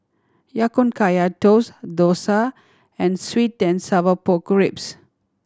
Ya Kun Kaya Toast dosa and sweet and sour pork ribs